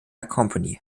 company